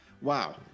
Wow